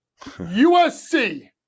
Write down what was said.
USC